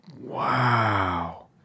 Wow